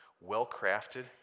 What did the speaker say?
well-crafted